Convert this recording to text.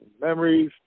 memories